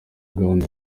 gahunda